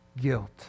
Guilt